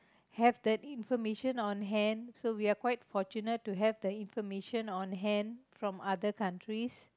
have that information on hand so we are quite fortunate to have the information on hand from other countries